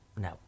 No